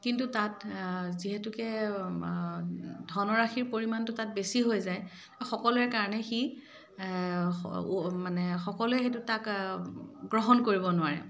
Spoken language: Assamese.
কিন্তু তাত যিহেতুকে ধনৰাশিৰ পৰিমাণটো তাত বেছি হৈ যায় সকলোৰে কাৰণে সি মানে সকলোৱে সেইটোত তাক গ্ৰহণ কৰিব নোৱাৰে